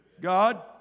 God